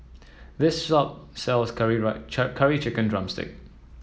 this shop sells curry right Curry Chicken drumstick